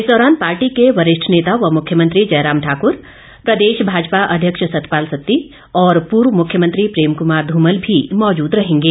इस दौरान पार्टी के वरिष्ठ नेता व मुख्यमंत्री जयराम ठाक्र प्रदेश भाजपा अध्यक्ष सतपाल सत्ती और पूर्व मुख्यमंत्री प्रेम कुमार धूमल भी मौजूद रहेंगे